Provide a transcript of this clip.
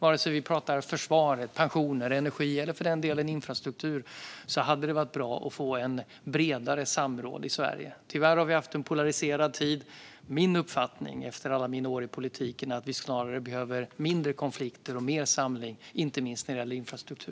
Vare sig vi pratar försvaret, pensioner, energi eller för den delen infrastruktur hade det varit bra att få ett bredare samråd i Sverige. Tyvärr har vi haft en polariserad tid. Min uppfattning efter alla mina år i politiken är att vi snarare behöver mindre konflikter och mer samling, inte minst när det gäller infrastruktur.